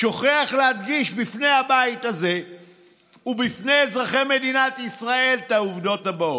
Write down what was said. שוכח להדגיש בפני הבית הזה ובפני אזרחי מדינת ישראל את העובדות הבאות.